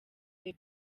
the